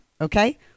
Okay